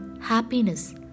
Happiness